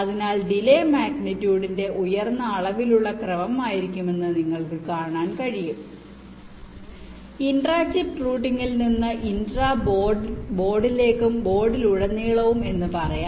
അതിനാൽ ഡിലെ മാഗ്നിട്യൂഡിന്റെ ഉയർന്ന അളവിലുള്ള ക്രമമായിരിക്കുമെന്ന് നിങ്ങൾക്ക് കാണാൻ കഴിയും ഇൻട്രാ ചിപ്പ് റൂട്ടിങ്ങിൽ നിന്ന് ഇൻട്രാ ബോർഡ്സിലേക്കും ബോർഡുകളിലുടനീളവും എന്ന് പറയാം